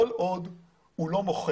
כל עוד הוא לא מוחה,